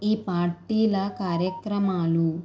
ఈ పార్టీల కార్యక్రమాలు